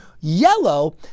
yellow